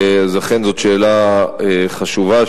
אכן זאת שאלה חשובה,